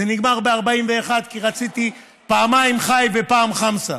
זה נגמר ב-41 כי רציתי פעמיים ח"י ופעם חמסה.